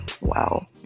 Wow